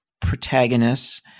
protagonists